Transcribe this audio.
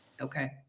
Okay